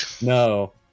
No